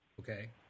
Okay